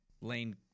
Lane